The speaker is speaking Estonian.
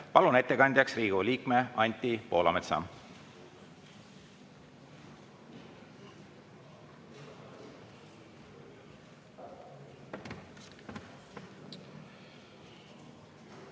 Palun ettekandjaks Riigikogu liikme Anti Poolametsa.